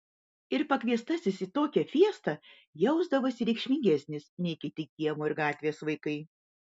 ir pakviestasis į tokią fiestą jausdavosi reikšmingesnis nei kiti kiemo ar gatvės vaikai